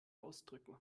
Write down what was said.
ausdrücken